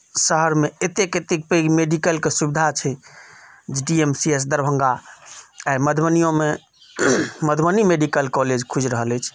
शहरमे एतेक एतेक पैघ मेडिकल के सुविधा छै D M C H Darbhanga आइ मधुबनीयोमे मधुबनी मेडिकल कॉलेज खुजि रहल अछि